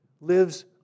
lives